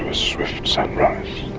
ah swift sunrise.